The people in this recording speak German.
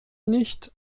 nicht